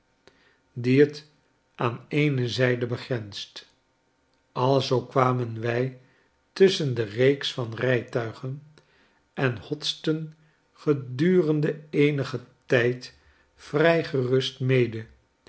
die het aan eene zijde begrenst alzoo kwamen wij tusschen de reeks van rijtuigen en hotsten gedurende eenigen tijd vrij gerust mede